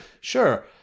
sure